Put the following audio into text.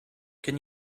can